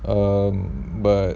um but